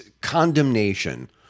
condemnation